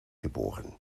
geboren